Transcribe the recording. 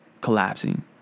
collapsing